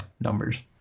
Numbers